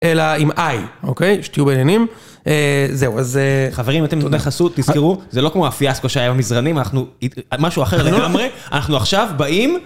אלא עם איי, אוקיי? שתהיו בעניינים. זהו, אז... חברים, אתם תודה חסות, תזכרו, זה לא כמו הפיאסקו שהיה במזרנים, אנחנו... משהו אחר לגמרי, אנחנו עכשיו באים...